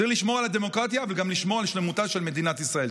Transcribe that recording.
צריך לשמור על הדמוקרטיה וגם לשמור על שלמותה של מדינת ישראל.